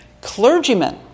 Clergymen